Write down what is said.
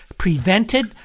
prevented